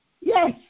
Yes